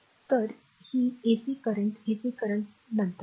तर ही AC current AC current नंतर दिसेल